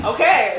Okay